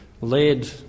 led